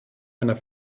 einer